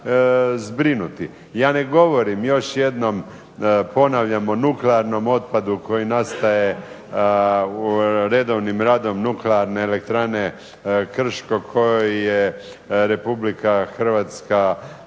Ja ne govorim, još jednom ponavljam, o nuklearnom otpadu koji nastaje u redovnim radom nuklearne elektrane Krško koji je Republika Hrvatska